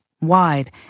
wide